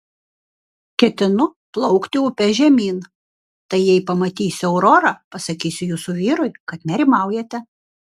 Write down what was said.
ketinu plaukti upe žemyn tai jei pamatysiu aurorą pasakysiu jūsų vyrui kad nerimaujate